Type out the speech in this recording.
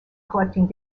collecting